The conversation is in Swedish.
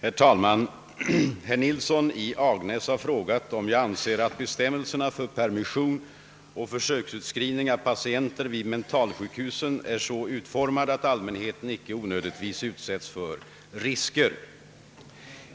Herr talman! Herr Nilsson i Agnäs har frågat, om jag anser att bestämmelserna för permission och försöksutskrivning av patienter vid mentalsjukhusen är så utformade att allmänheten icke onödigtvis utsätts för risker.